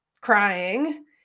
crying